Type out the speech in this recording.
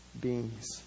beings